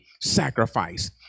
sacrifice